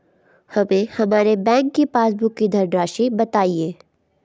हमें हमारे बैंक की पासबुक की धन राशि बताइए